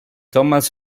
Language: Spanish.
thomas